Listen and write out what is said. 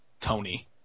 Tony